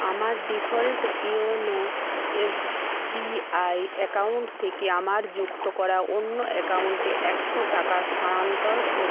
আমার default YONO S B I account থেকে আমার যুক্ত করা অন্য অ্যাকাউন্টে একশো টাকা স্থানান্তর